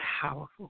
powerful